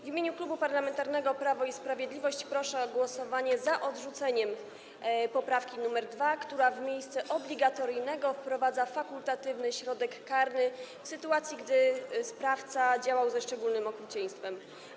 W imieniu Klubu Parlamentarnego Prawo i Sprawiedliwość proszę o głosowanie za odrzuceniem poprawki nr 2, która w miejsce obligatoryjnego wprowadza fakultatywny środek karny w sytuacji, gdy sprawca działał ze szczególnym okrucieństwem.